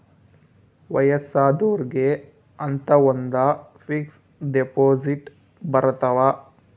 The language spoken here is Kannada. ವಯಸ್ಸಾದೊರ್ಗೆ ಅಂತ ಒಂದ ಫಿಕ್ಸ್ ದೆಪೊಸಿಟ್ ಬರತವ